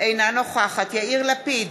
אינה נוכחת יאיר לפיד,